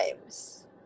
times